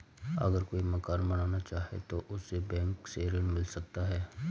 अगर कोई मकान बनाना चाहे तो उसे बैंक से ऋण मिल सकता है?